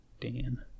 Dan